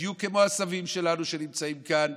בדיוק כמו הסבים שלנו שנמצאים כאן,